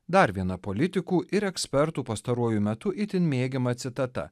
dar viena politikų ir ekspertų pastaruoju metu itin mėgiama citata